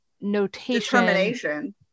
notation